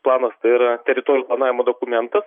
planas tai yra teritorijų planavimo dokumentas